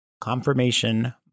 confirmation